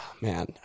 man